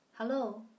Hello